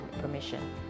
permission